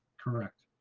correct.